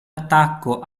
attacco